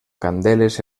candeles